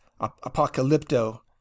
apocalypto